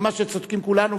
ומה שצודקים כולנו,